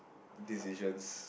decisions